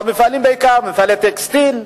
והמפעלים הם בעיקר מפעלי טקסטיל,